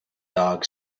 dog